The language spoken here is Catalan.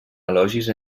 elogis